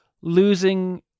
losing